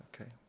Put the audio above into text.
Okay